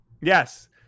Yes